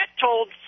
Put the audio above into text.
told